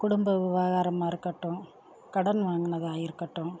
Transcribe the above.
குடும்ப விவகாரமாக இருக்கட்டும் கடன் வாங்கினதாக இருக்கட்டும்